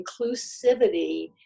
inclusivity